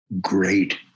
great